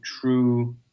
true